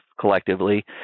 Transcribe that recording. collectively